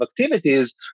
activities